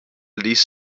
ließ